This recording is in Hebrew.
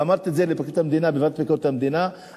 ואמרתי את זה לפרקליט המדינה בוועדה לביקורת המדינה: